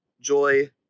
joy